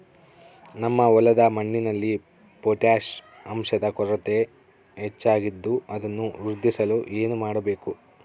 ನಮ್ಮ ಹೊಲದ ಮಣ್ಣಿನಲ್ಲಿ ಪೊಟ್ಯಾಷ್ ಅಂಶದ ಕೊರತೆ ಹೆಚ್ಚಾಗಿದ್ದು ಅದನ್ನು ವೃದ್ಧಿಸಲು ಏನು ಮಾಡಬೇಕು?